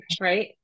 Right